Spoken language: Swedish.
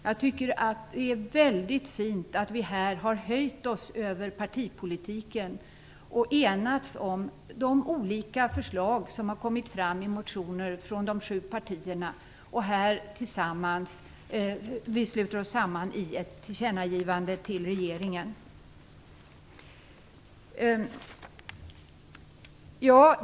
Jag tycker att det är väldigt fint att vi här har höjt oss över partipolitiken och enats om de olika förslag som har kommit fram i motioner från de sju partierna. Här sluter vi oss alltså samman i ett tillkännagivande till regeringen.